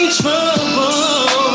trouble